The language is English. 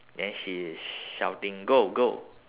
then she is shouting go go